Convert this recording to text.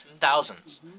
thousands